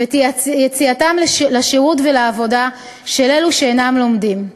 ואת יציאתם לשירות ולעבודה של אלו שאינם לומדים.